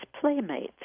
playmates